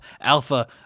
Alpha